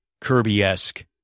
kirby-esque